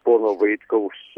pono vaitkaus